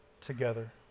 together